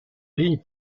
ligne